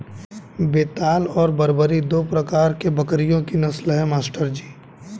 बेताल और बरबरी दो प्रकार के बकरियों की नस्ल है मास्टर जी